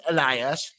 Elias